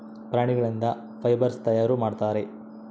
ಪ್ರಾಣಿಗಳಿಂದ ಫೈಬರ್ಸ್ ತಯಾರು ಮಾಡುತ್ತಾರೆ